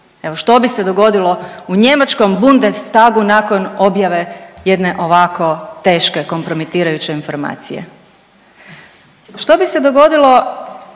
što bi se dogodilo u njemačkom Bundestagu nakon objave jedne ovako teške kompromitirajuće informacije. Što bi se dogodilo